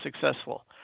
successful